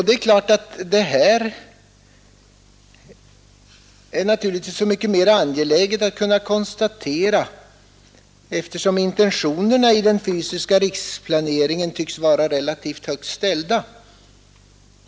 Detta är så mycket mer angeläget att kunna konstatera som intentionerna för den fysiska riksplaneringen tycks vara relativt högt ställda.